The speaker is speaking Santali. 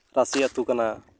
ᱨᱟᱥᱮ ᱟᱛᱳ ᱠᱟᱱᱟ